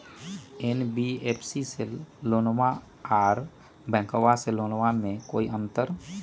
NBFC से लोनमा आर बैंकबा से लोनमा ले बे में कोइ अंतर?